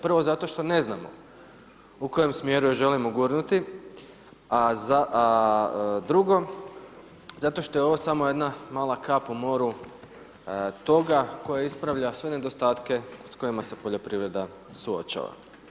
Prvo zato što ne znamo u kojem smjeru je želimo gurnuti a drugo zato što je ovo samo jedna mala kap u moru toga koja ispravlja sve nedostatke s kojima se poljoprivreda suočava.